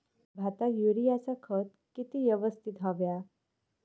भाताक युरियाचा खत किती यवस्तित हव्या?